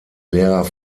lehrer